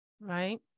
Right